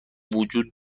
وجود